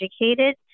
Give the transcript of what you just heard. educated